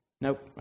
Nope